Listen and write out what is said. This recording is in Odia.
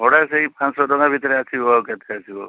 ଭଡ଼ା ସେଇ ପାଞ୍ଚଶହ ଟଙ୍କା ଭିତରେ ଆସିବ ଆଉ କେତେ ଆସିବ